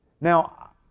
Now